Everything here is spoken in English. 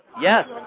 Yes